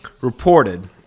reported